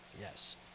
yes